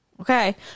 okay